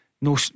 No